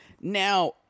Now